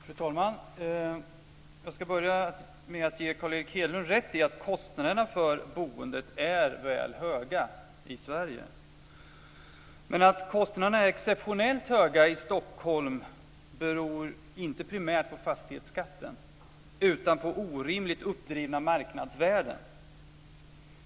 Fru talman! Jag ska börja med att ge Carl Erik Hedlund rätt i att kostnaderna för boendet är väl höga i Sverige. Men att kostnaderna är exceptionellt höga i Stockholm beror inte primärt på fastighetsskatten utan på orimligt uppdrivna marknadsvärden.